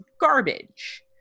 garbage